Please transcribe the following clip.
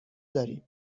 داریم